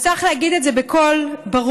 אז צריך להגיד את זה בקול ברור: